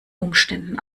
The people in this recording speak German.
umständen